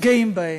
גאים בהם.